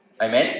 Amen